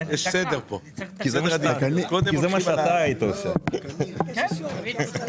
סליחה, אני עסוקה